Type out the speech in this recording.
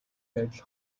байдал